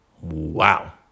wow